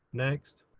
next.